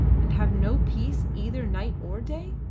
and have no peace either night or day?